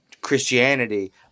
Christianity